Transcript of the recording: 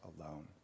alone